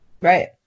right